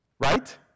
right